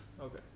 Okay